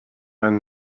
einen